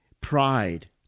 pride